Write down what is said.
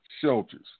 shelters